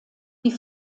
die